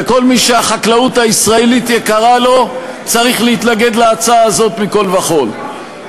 וכל מי שהחקלאות הישראלית יקרה לו צריך להתנגד להצעה הזאת מכול וכול.